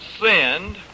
sinned